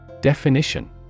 Definition